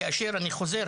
כאשר אני חוזר,